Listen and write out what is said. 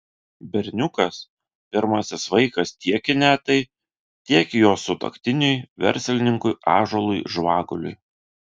berniukas pirmasis vaikas tiek inetai tiek jos sutuoktiniui verslininkui ąžuolui žvaguliui